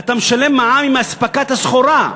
אתה משלם עם אספקת הסחורה.